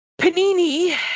Panini